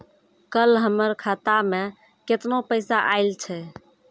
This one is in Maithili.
कल हमर खाता मैं केतना पैसा आइल छै?